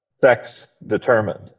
sex-determined